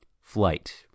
Flight